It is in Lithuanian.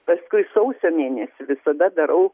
paskui sausio mėnesį visada darau